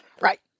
Right